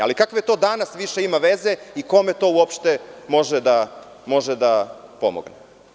Ali, kakve to veze ima danas i kome to uopšte može da pomogne?